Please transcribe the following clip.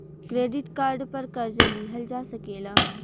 credit card पर कर्जा लिहल जा सकेला